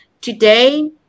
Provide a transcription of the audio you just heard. Today